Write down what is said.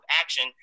action